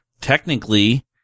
technically –